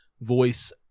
voice